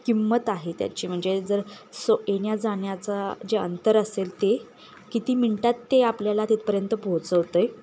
किंमत आहे त्याची म्हणजे जर सो येण्या जाण्याचा जे अंतर असेल ते किती मिनटात ते आपल्याला तिथपर्यंत पोहोचवतो आहे